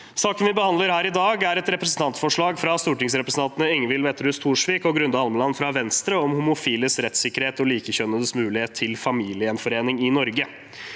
Saken vi behandler her i dag, er et representantforslag fra stortingsrepresentantene Ingvild Wetrhus Thorsvik og Grunde Almeland fra Venstre om homofiles rettssikkerhet og likekjønnedes mulighet til familiegjenforening i Norge.